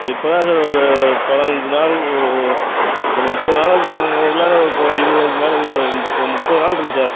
அது இப்போ தான் சார் ஒரு பதினஞ்சு நாள் ஓ ஒரு முப்பது நாளாச்சும் உள்ளார போ இருபதுக்கு மேல் ஏதோ முப்ப முப்பது நாள் இருக்குது சார்